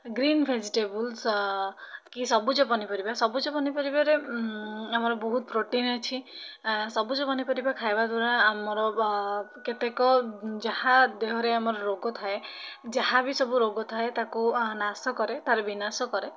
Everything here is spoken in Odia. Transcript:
ଗ୍ରୀନ୍ ଭେଜିଟେବୁଲ୍ସ କି ସବୁଜ ପନିପରିବା ସବୁଜ ପନିପରିବାରେ ଆମର ବହୁତ ପ୍ରୋଟିନ୍ ଅଛି ସବୁଜ ପନିପରିବା ଖାଇବା ଦ୍ୱାରା ଆମର କେତେକ ଯାହା ଦେହରେ ଆମର ରୋଗ ଥାଏ ଯାହାବି ସବୁ ରୋଗଥାଏ ତାକୁ ନାଶ କରେ ତା'ର ବିନାଶ କରେ